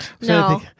No